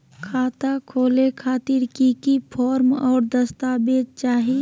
खाता खोले खातिर की की फॉर्म और दस्तावेज चाही?